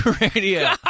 radio